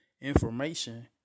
information